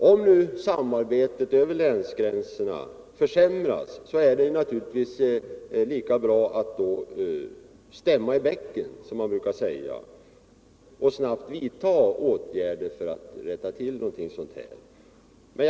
Om nu samarbetet över länsgränserna försämras är det naturligtvis lika bra att stämma i bäcken och snabbt vidta åtgärder för att rätta till det hela.